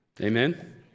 Amen